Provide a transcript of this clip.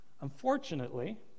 Unfortunately